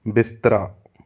ਬਿਸਤਰਾ